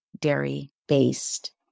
dairy-based